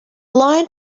line